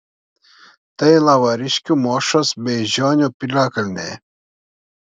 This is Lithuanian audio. tai lavariškių mošos beižionių piliakalniai